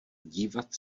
dívat